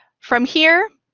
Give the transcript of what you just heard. from here,